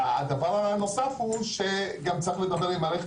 הדבר הנוסף הוא שגם צריך לדבר עם מערכת